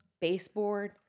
baseboard